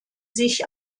sich